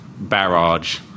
barrage